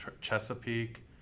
Chesapeake